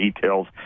details